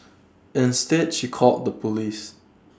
instead she called the Police